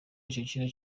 icegera